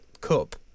cup